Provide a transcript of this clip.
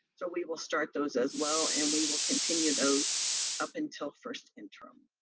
so we will start those as well, and we will continue those up until first interim.